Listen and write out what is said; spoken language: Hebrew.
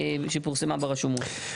שפורסמה ברשומות.